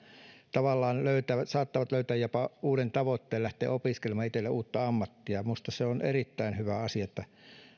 tavallaan he saattavat löytää jopa uuden tavoitteen lähteä opiskelemaan itselleen uutta ammattia minusta on erittäin hyvä asia että